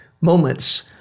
moments